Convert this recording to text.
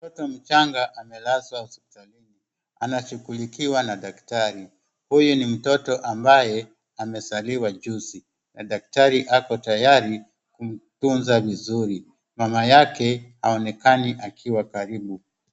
Mtoto mchanga amelazwa hospitalini anashughulikiwa na daktari. Huyu ni mtoto ambaye amezaliwa juzi na daktari ako tayari kumtuza vizuri. Mama yake haonekani akiwa karibu.